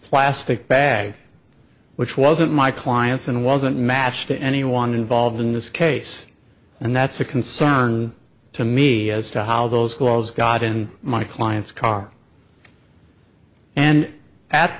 plastic bag which wasn't my client's and wasn't matched to anyone involved in this case and that's a concern to me as to how those flaws got in my client's car and at